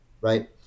right